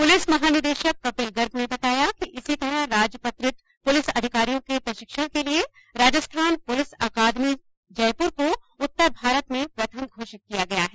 police महानिदेशक कपिल गर्ग ने बताया कि इसी तरह राजपत्रित पुलिस अधिकारियों के प्रशिक्षण के लिए राजस्थान पुलिस अकादमी जयपुर को उत्तर भारत में प्रथम घोषित किया गया है